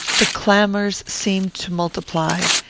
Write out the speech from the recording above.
the clamours seemed to multiply,